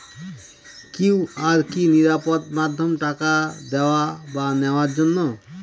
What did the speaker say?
QR কি নিরাপদ মাধ্যম টাকা দেওয়া বা নেওয়ার জন্য?